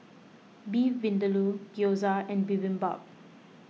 Beef Vindaloo Gyoza and Bibimbap